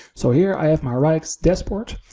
so here i have my rise dashboard.